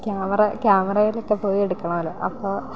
camera ക്യാമറയിലൊക്കെ പോയി എടുക്കുകയാണല്ലൊ അപ്പോൾ